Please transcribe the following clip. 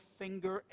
finger